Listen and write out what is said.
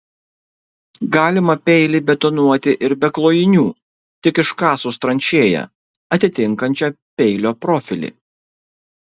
galima peilį betonuoti ir be klojinių tik iškasus tranšėją atitinkančią peilio profilį